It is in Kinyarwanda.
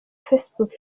facebook